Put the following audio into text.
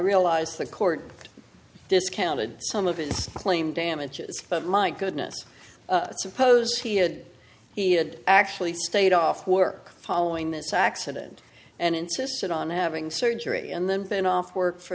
realize the court discounted some of his claim damages but my goodness suppose he had he had actually stayed off work following this accident and insisted on having surgery and then been off work for